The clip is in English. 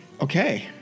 Okay